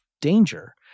danger